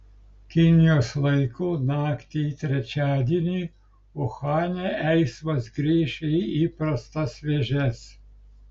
kinijos laiku naktį į trečiadienį uhane eismas grįš į įprastas vėžes